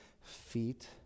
feet